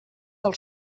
del